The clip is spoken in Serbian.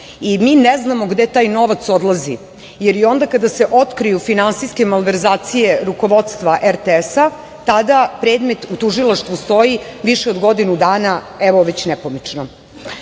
i mi ne znamo gde taj novac odlazi, jer i onda kad se otkriju finansijske malverzacije rukovodstva RTS, tada predmet u tužilaštvu stoji više od godinu dana, evo već nepomično.